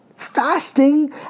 Fasting